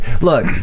look